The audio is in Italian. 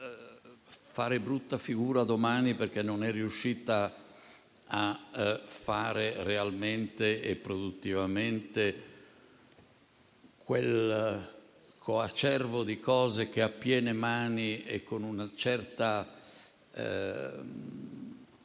fare brutta figura domani, perché non è riuscita a fare realmente e produttivamente quel coacervo di cose che a piene mani, e con un certo